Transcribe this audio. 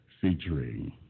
featuring